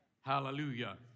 Hallelujah